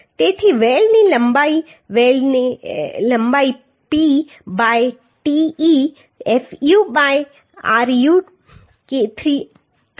તેથી વેલ્ડની લંબાઈ P by te fu by root 3 gamma mw હશે